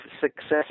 success